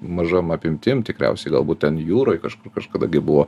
mažom apimtim tikriausiai galbūt ten jūroj kažkur kažkada gi buvo